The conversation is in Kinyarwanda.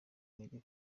intege